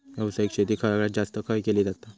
व्यावसायिक शेती सगळ्यात जास्त खय केली जाता?